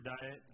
diet